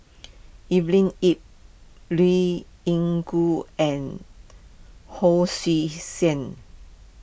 Evelyn Ip Liew Yingru and Hon Sui Sen